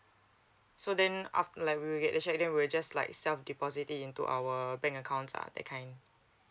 so then like we will get the check then we will just like self deposit it into our bank accounts uh that kind